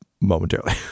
momentarily